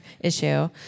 issue